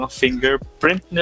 fingerprint